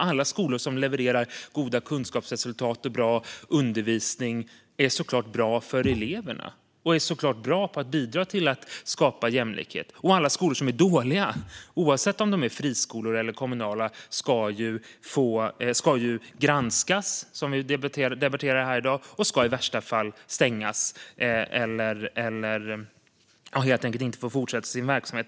Alla skolor som levererar goda kunskapsresultat och bra undervisning är såklart bra för eleverna och bidrar till att skapa jämlikhet medan alla skolor som är dåliga, oavsett om de är friskolor eller kommunala, ska granskas och i värsta fall stängas.